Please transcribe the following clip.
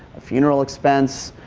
a funeral expense,